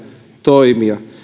toimia